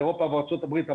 אירופה וארצות הברית,